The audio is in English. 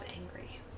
angry